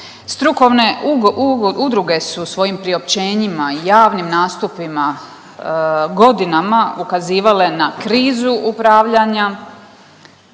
Strukovne udruge su svojim priopćenjima i javnim nastupima godinama ukazivale na krizu upravljanja,